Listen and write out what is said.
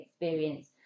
experience